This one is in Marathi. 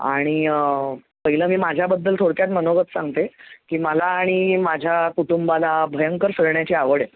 आणि पहिलं मी माझ्याबद्दल थोडक्यात मनोगत सांगते की मला आणि माझ्या कुटुंबाला भयंकर फिरण्याची आवड आहे